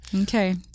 Okay